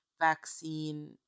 vaccine